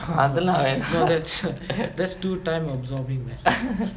அதுலாம் வேணா:athulaam venaa